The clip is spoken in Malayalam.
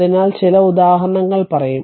അതിനാൽ ചില ഉദാഹരണങ്ങൾ പറയും